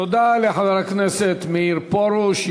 תודה לחבר הכנסת מאיר פרוש.